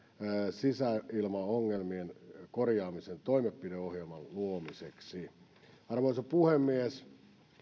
sisäilmaongelmien korjaamisen toimenpideohjelman luomiseksi arvoisa puhemies